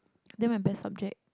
then my best subject